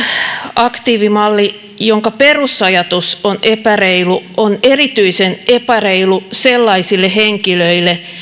aktiivimalli jonka perusajatus on epäreilu on erityisen epäreilu sellaisille henkilöille